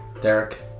Derek